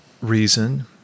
reason